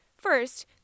First